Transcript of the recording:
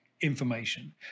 information